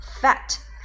fat